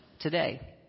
today